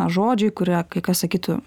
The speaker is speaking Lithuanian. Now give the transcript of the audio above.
žodžiai kurie kai kas sakytų